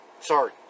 sorry